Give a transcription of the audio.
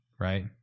right